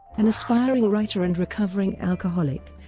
an aspiring writer and recovering alcoholic,